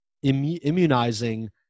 immunizing